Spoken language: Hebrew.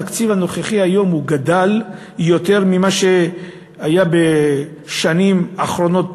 התקציב הנוכחי גדל יותר ממה שהיה בשנים האחרונות,